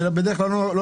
בדרך כלל זה